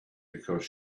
because